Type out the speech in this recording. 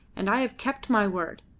and i have kept my word.